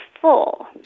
full